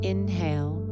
Inhale